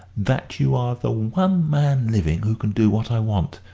that you are the one man living who can do what i want.